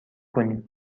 کنیم